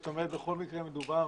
בכל מקרה מדובר